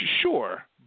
sure